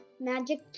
Magic